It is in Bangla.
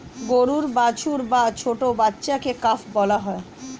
গরুর বাছুর বা ছোট্ট বাচ্ছাকে কাফ বলা হয়